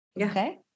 Okay